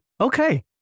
Okay